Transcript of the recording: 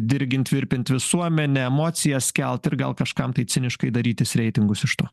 dirgint virpint visuomenę emocijas kelt ir gal kažkam tai ciniškai darytis reitingus iš to